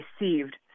received